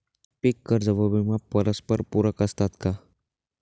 पीक कर्ज व विमा परस्परपूरक असतात का?